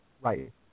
Right